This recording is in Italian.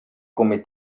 come